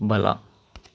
ಬಲ